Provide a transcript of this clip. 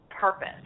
purpose